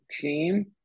team